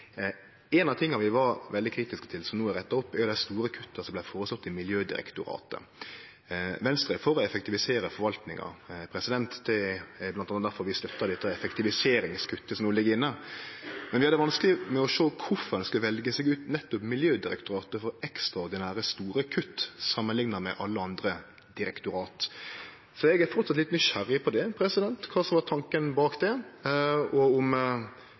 ein slik. Ein av tinga vi var veldig kritiske til, som no er retta opp, er dei store kutta som vart føreslått i Miljødirektoratet. Venstre er for å effektivisere forvaltinga, det er bl.a. difor vi støttar det effektiviseringskuttet som no ligg inne, men vi har vanskeleg for å sjå kvifor ein skal velje seg ut nettopp Miljødirektoratet for ekstraordinære, store kutt, samanlikna med alle andre direktorat. Så eg er framleis litt nysgjerrig på kva som var tanken bak det, og om